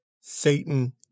Satan